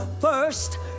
First